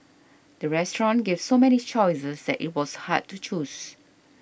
the restaurant gave so many choices that it was hard to choose